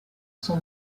son